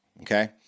Okay